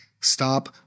stop